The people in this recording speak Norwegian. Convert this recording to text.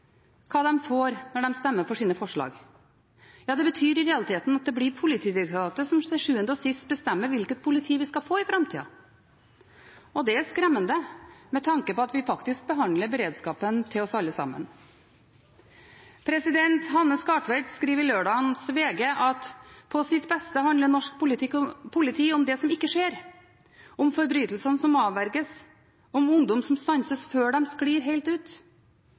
hva de får når de stemmer for sine forslag. Ja, det betyr i realiteten at det blir Politidirektoratet som til sjuende og sist bestemmer hvilket politi vi skal få i framtida. Det er skremmende med tanke på at vi faktisk behandler beredskapen til oss alle sammen. Hanne Skartveit skriver i lørdagens VG: «På sitt beste handler norsk politi om det som ikke skjer. Om forbrytelser som avverges. Om ungdom som stanses før de sklir helt ut.»